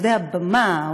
עובדי הבמה,